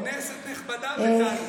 כנסת נכבדה וטלי.